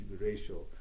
ratio